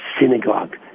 synagogue